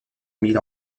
mis